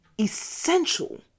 essential